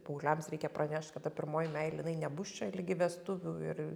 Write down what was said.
paaugliams reikia pranešt kad ta pirmoji meilė jinai nebus čia ligi vestuvių ir